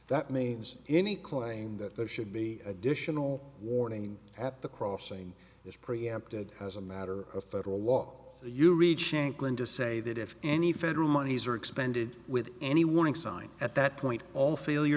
that means any claim that there should be additional warning at the crossing is preempted as a matter of federal law you read shanklin to say that if any federal monies are expended with any warning sign at that point all failure